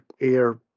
air